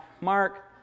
Mark